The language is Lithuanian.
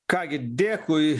ką gi dėkui